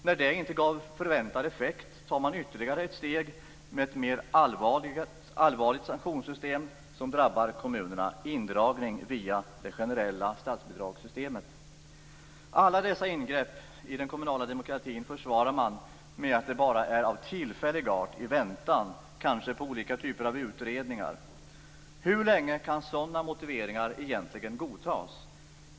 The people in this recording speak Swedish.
När detta inte givit förväntad effekt tar man ytterligare ett steg med ett mer allvarligt sanktionssystem som drabbar kommunerna - indragning via det generella statsbidragssystemet. Alla dessa ingrepp i den kommunala demokratin försvarar man med att de bara är av tillfällig art, kanske i väntan på olika typer av utredningar. Hur länge kan sådana motiveringar egentligen godtas?